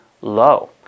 low